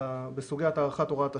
בסוגיית הארכת הוראת השעה.